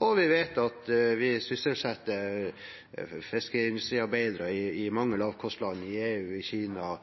og vi vet at vi sysselsetter fiskeindustriarbeidere i mange lavkostland – i EU, i Kina og